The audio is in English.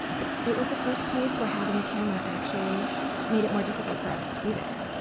but it was the first place where having a camera actually made it more difficult for us to be there.